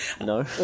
No